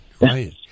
Right